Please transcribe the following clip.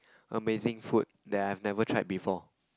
amazing food that I have never tried before